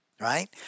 right